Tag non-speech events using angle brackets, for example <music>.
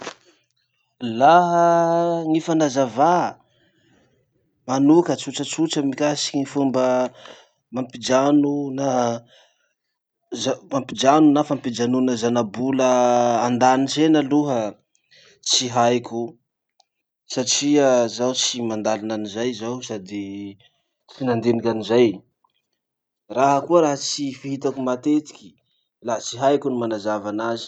<noise> Laha gny fanazavà manoka tsotsatsotra mikasiky gny fomba mampijano na <noise> zan- mampijano na fampijanona zanabola andanitra eny aloha tsy haiko satria zaho tsy mandalina anizay zaho sady tsy nandiniky anizay. Raha koa raha tsy fihitako matetiky la tsy haiko ny manazava anazy.